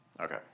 Okay